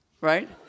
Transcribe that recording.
right